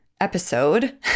episode